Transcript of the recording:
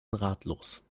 ratlos